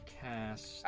cast